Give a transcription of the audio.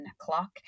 o'clock